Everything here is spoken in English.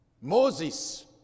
Moses